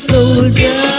Soldier